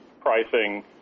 pricing